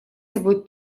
собой